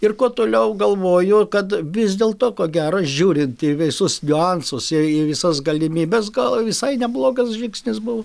ir kuo toliau galvoju kad vis dėlto ko gero žiūrint į visus niuansus į visas galimybes gal visai neblogas žingsnis buvo